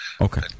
Okay